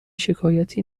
شکایتی